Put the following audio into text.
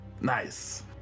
Nice